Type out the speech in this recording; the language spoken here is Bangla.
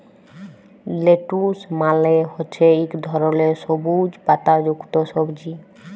লেটুস মালে হছে ইক ধরলের সবুইজ পাতা যুক্ত সবজি